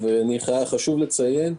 חשוב לציין,